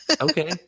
okay